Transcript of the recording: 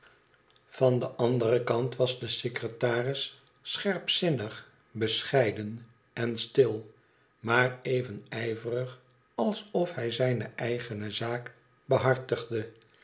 van den anderen kant was de secretaris scherpzinnig bescheiden en stil maar even ijverig alsof hij zijne eigene zaak behartigde